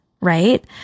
right